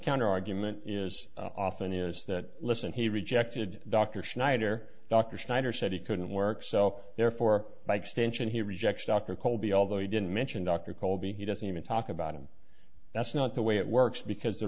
counter argument is often is that listen he rejected dr snyder dr snyder said he couldn't work so therefore by extension he rejects dr colby although he didn't mention dr colby he doesn't even talk about him that's not the way it works because